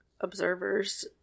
observers